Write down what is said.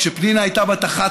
כשפנינה הייתה בת 11